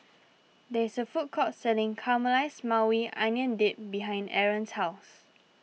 there is a food court selling Caramelized Maui Onion Dip behind Arron's house